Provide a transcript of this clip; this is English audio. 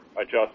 adjust